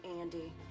Andy